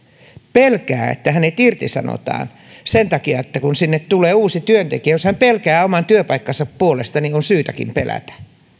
pelkää että hänet irtisanotaan sen takia että sinne tulee uusi työntekijä jos hän pelkää oman työpaikkansa puolesta niin on syytäkin pelätä